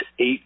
eight